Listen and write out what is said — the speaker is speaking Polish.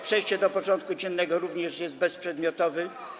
Przejście do porządku dziennego - również jest bezprzedmiotowy.